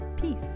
Peace